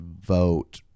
vote